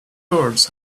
birds